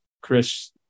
chris